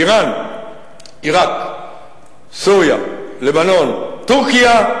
אירן, עירק, סוריה, לבנון, טורקיה,